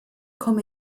komme